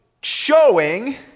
showing